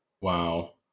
Wow